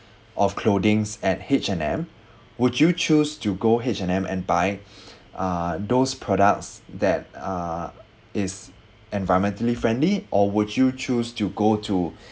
of clothings at h and m would you choose to go h and m and buy uh those products that uh is environmentally friendly or would you choose to go to